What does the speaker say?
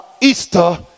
Easter